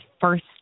first